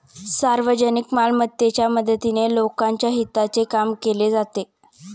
सार्वजनिक मालमत्तेच्या मदतीने लोकांच्या हिताचे काम केले जाते